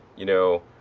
you know,